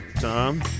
Tom